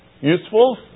Useful